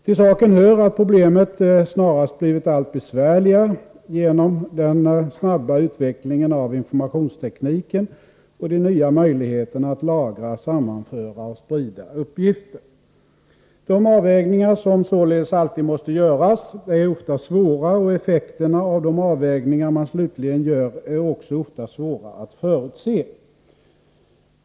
Till saken hör att problemet snarast blivit allt besvärligare genom den snabba utvecklingen av informationstekniken och de nya möjligheterna att lagra, sammanföra och sprida uppgifter. De avvägningar som således alltid måste göras är ofta svåra, och effekterna av de avvägningar man slutligen gör är också svåra att förutse.